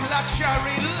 Luxury